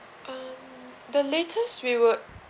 um the latest we would